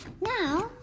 Now